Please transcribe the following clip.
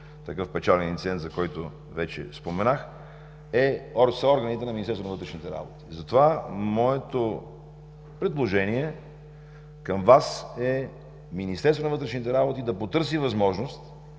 такъв печален инцидент, за който вече споменах, са органите на Министерството на вътрешните работи. Моето предложение към Вас е Министерството на вътрешните работи да потърси възможност